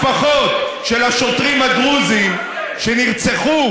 במקום לבקש סליחה מהמשפחות של השוטרים הדרוזים שנרצחו,